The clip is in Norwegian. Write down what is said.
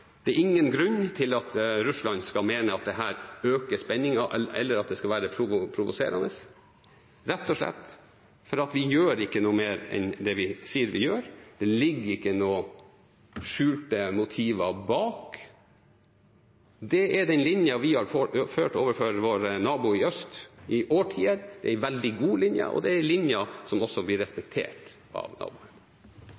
Det er ingen grunn til at Russland skulle mene at dette øker spenningen, eller at det skulle være provoserende, rett og slett fordi vi ikke gjør noe mer enn det vi sier vi gjør. Det ligger ingen skjulte motiver bak. Det er den linjen vi har ført overfor vår nabo i øst i årtier. Det er en veldig god linje, og det er en linje som også blir